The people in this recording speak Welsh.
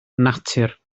natur